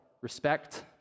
respect